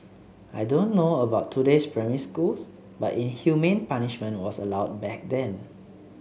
I don't know about today's primary schools but inhumane punishment was allowed back then